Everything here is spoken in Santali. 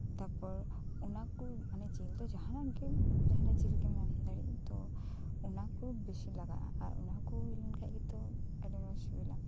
ᱛᱟ ᱯᱚᱨ ᱚᱱᱟ ᱠᱚ ᱢᱟᱱᱮ ᱡᱤᱞ ᱫᱚ ᱡᱟᱦᱟᱸᱱᱟᱜ ᱜᱮ ᱡᱟᱦᱟᱸ ᱡᱤᱞ ᱜᱮᱢ ᱮᱢ ᱫᱟᱲᱮᱜ ᱛᱚ ᱚᱱᱟ ᱠᱚ ᱵᱮᱥᱤ ᱞᱟᱜᱟᱜᱼᱟ ᱟᱨ ᱚᱱᱟ ᱠᱚ ᱦᱩᱭ ᱞᱮᱱ ᱠᱷᱟᱡ ᱜᱮᱛᱚ ᱟᱹᱰᱤ ᱢᱚᱸᱡᱽ ᱥᱤᱵᱤᱞᱟ